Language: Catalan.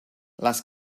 les